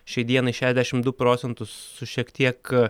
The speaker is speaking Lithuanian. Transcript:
šiai dienai šešiasdešimt du procentus su šiek tiek